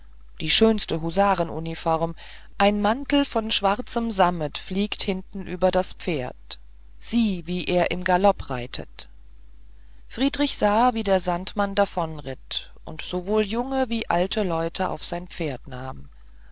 die schönste husarenuniform ein mantel von schwarzem sammet fliegt hinten über das pferd sieh wie er im galopp reitet friedrich sah wie der sandmann davon ritt und sowohl junge wie alte leute auf sein pferd nahm